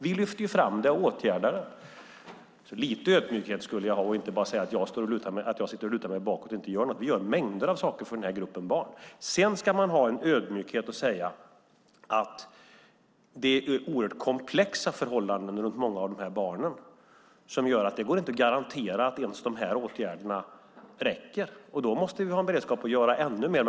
Vi lyfter fram det och åtgärdar det. Lite ödmjukhet borde man ha och inte bara säga att jag sitter och lutar mig bakåt och inte gör något. Vi gör mängder av saker för den här gruppen barn. Sedan ska man vara ödmjuk och säga att det är oerhört komplexa förhållande runt många av de här barnen som gör att det inte går att garantera att ens de här åtgärderna räcker. Då måste vi ha en beredskap att göra ännu mer.